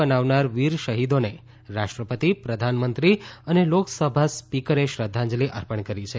બનાવનાર વીર શહીદોને રાષ્ટ્રસપતિ પ્રધાનમંત્રી અને લોકસભા સ્પીકરે શ્રદ્ધાંજલિ અર્પણ કરી છે